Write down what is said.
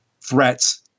threats